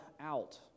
out